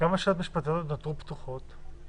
כמה שאלות משפטיות נותרו פתוחות?